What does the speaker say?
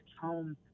home